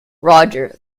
roger